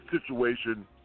Situation